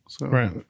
Right